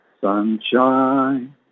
Sunshine